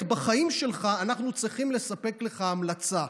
בחיים שלך אנחנו צריכים לספק לך המלצה,